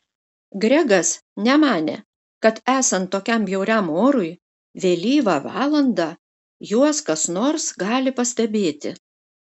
gregas nemanė kad esant tokiam bjauriam orui vėlyvą valandą juos kas nors gali pastebėti